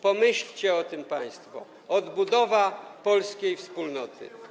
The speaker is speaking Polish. Pomyślcie o tym państwo: odbudowa polskiej wspólnoty.